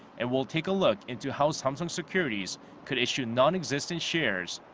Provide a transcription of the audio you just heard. and will take a look into how samsung securities could issue non-existent shares.